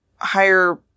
higher